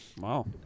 wow